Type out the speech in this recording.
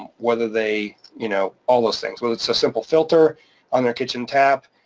whether they. you know all those things. whether it's a simple filter on their kitchen tap,